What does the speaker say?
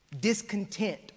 Discontent